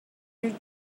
your